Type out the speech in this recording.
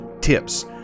tips